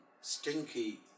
stinky